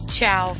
Ciao